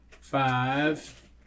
five